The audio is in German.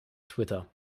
twitter